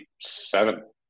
seven